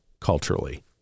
culturally